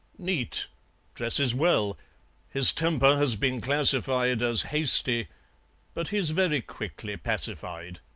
neat dresses well his temper has been classified as hasty but he's very quickly pacified.